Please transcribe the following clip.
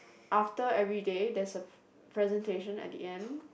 after everyday there's a presentation at the end